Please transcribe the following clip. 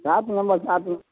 सात नम्बर सात नम्बर